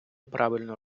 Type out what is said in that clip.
правильно